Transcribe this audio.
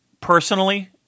personally